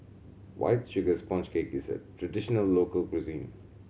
White Sugar Sponge Cake is a traditional local cuisine